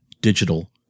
digital